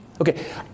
Okay